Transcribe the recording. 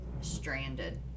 stranded